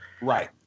Right